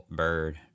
bird